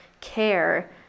care